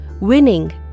Winning